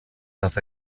das